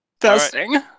Testing